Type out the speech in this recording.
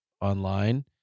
online